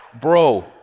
bro